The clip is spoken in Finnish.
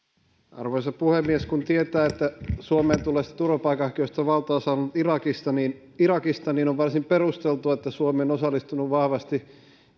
arvoisa puhemies kun tietää että suomeen tulleista turvapaikanhakijoista valtaosa on irakista niin irakista niin on varsin perusteltua että suomi on osallistunut vahvasti